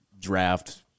draft